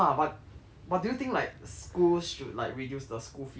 but do you think like schools should like reduce the school fees or something like that